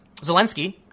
Zelensky